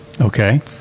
Okay